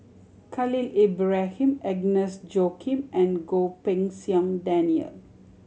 Khalil Ibrahim Agnes Joaquim and Goh Pei Siong Daniel